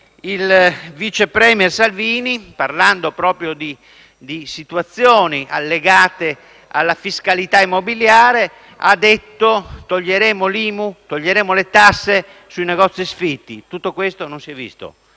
il vice *premier* Salvini, parlando proprio di situazioni legate alla fiscalità immobiliare, ha detto che avrebbero tolto l'IMU e le tasse sui negozi sfitti. Tutto questo non si è visto.